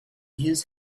his